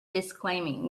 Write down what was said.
disclaiming